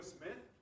Smith